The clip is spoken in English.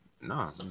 no